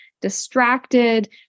distracted